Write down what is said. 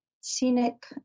scenic